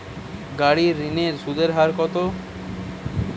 গাড়ির ঋণের সুদের হার কতো?